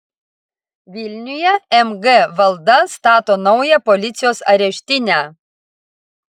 vilniuje mg valda stato naują policijos areštinę